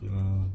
okay lah